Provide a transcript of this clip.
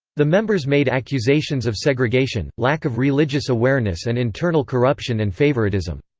the members made accusations of segregation, lack of religious awareness and internal corruption and favoritism.